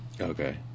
Okay